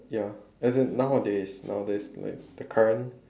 ya as in nowadays nowadays like the current